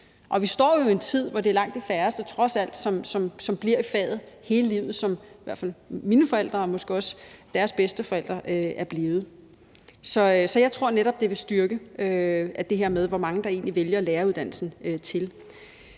og vi står jo i en tid, hvor det er langt de færreste – trods alt – som bliver i faget hele livet, sådan som i hvert fald mine forældre og måske også deres bedsteforældre er blevet det. Så jeg tror netop, det vil styrke det her, i forhold til hvor mange der egentlig vælger læreruddannelsen til,